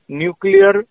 nuclear